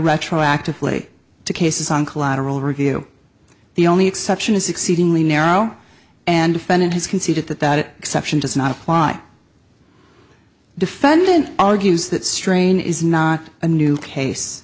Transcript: retroactively to cases on collateral review the only exception is exceedingly narrow and defendant has conceded that that exception does not apply defendant argues that strain is not a new case